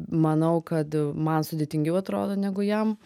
manau kad man sudėtingiau atrodo negu jam